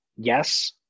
yes